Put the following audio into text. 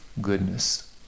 goodness